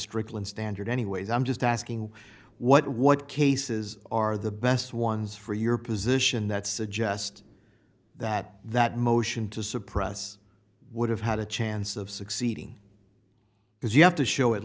strickland standard anyways i'm just asking what what cases are the best ones for your position that suggest that that motion to suppress would have had a chance of succeeding because you have to show at